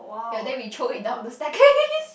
ye then we throwing it down the staircase